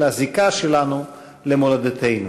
כפי שדווח אתמול באחד מערוצי הטלוויזיה,